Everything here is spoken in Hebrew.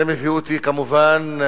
זה מביא אותי, כמובן,